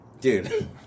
dude